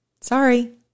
Sorry